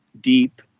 deep